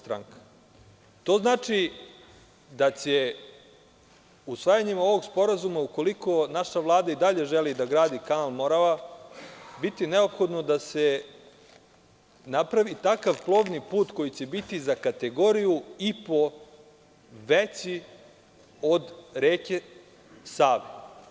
To znači, da će usvajanjem ovog sporazuma, ukoliko naša Vlada i dalje želi da gradi kanal Morava, biti neophodno da se napravi takav plovni put koji će biti za kategoriju i po veći od reke Save.